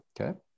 okay